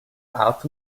art